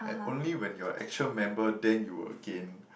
and only when you are a actual member then you will gain